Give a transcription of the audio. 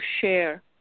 share